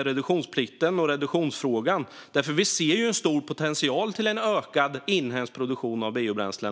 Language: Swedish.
att reduktionsplikten och reduktionsfrågan är viktiga. Vi ser en stor potential till en ökad inhemsk produktion av biobränslen.